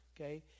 Okay